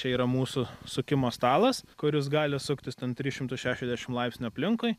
čia yra mūsų sukimo stalas kuris gali suktis ten tris šimtus šešiasdešimt laipsnių aplinkui